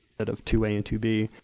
bit of two a and two b.